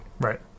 Right